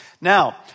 Now